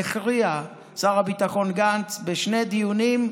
שר הביטחון גנץ בעצם הכריע בשני דיונים: